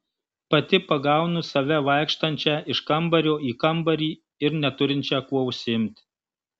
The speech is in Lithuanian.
pati pagaunu save vaikštančią iš kambario į kambarį ir neturinčią kuo užsiimti